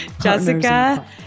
Jessica